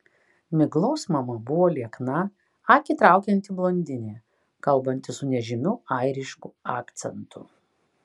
miglos mama buvo liekna akį traukianti blondinė kalbanti su nežymiu airišku akcentu